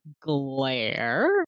glare